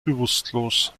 bewusstlos